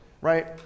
right